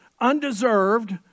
undeserved